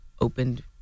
opened